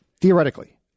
Theoretically